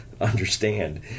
understand